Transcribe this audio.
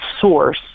source